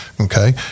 okay